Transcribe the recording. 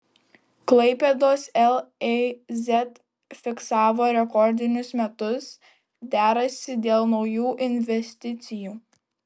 klaipėdos lez fiksavo rekordinius metus derasi dėl naujų investicijų